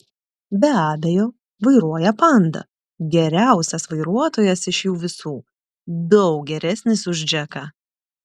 be abejo vairuoja panda geriausias vairuotojas iš jų visų daug geresnis už džeką